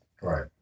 Right